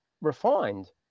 refined